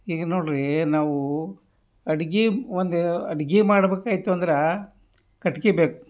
ಈಗ ನೋಡಿರಿ ನಾವು ಅಡ್ಗೆ ಒಂದು ಅಡ್ಗೆ ಮಾಡಬೇಕಾಯ್ತು ಅಂದ್ರೆ ಕಟ್ಗೆ ಬೇಕು